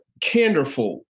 Candorful